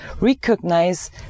recognize